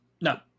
No